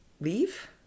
leave